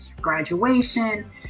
graduation